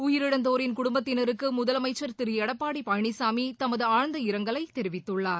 உயிரிழந்தோரின் குடும்பத்தினருக்கு முதலமைச்சர் திரு எடப்பாடி பழனிசாமி தமது ஆழ்ந்த இரங்கலைத் தெரிவித்துள்ளார்